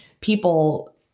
people